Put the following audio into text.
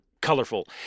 colorful